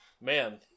Man